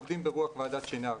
עובדים ברוח ועדת שנהר.